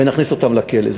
ונכניס אותם לכלא.